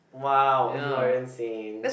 wow you are insane